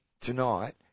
tonight